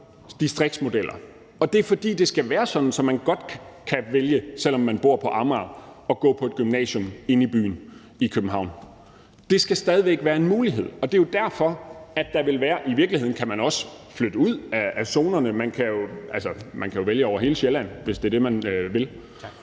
det er, fordi det skal være sådan, at man godt kan vælge, selv om man bor på Amager, at gå på et gymnasium inde i byen i København. Det skal stadig væk være en mulighed. I virkeligheden kan man også flytte ud af zonerne. Altså, man kan jo vælge over hele Sjælland, hvis det er det, man vil.